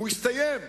הסתיים,